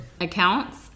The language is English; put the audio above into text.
accounts